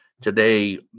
today